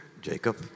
Jacob